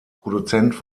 produzent